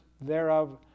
thereof